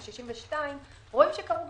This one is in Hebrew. מרחיקים מהם את קצבת הזקנה עוד יותר זה קשה עבורן.